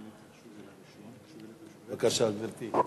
בבקשה, גברתי.